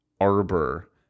arbor